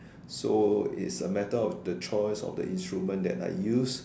so it's a matter of the choice of the instrument that I use